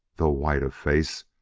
though white of face,